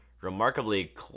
remarkably